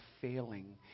failing